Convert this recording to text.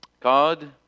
God